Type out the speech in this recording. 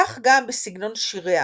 כך גם בסגנון שיריה,